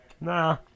Nah